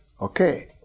okay